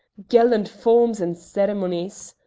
gallant forms and ceremonies.